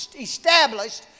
established